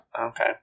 Okay